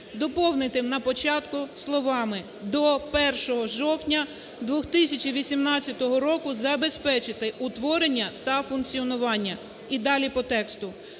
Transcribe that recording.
доповнити на початку словами: "до 1 жовтня 2018 року забезпечити утворення та функціонування…", - і далі по тексту.